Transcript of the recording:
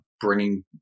bringing